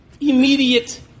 immediate